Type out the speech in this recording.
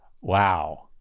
Wow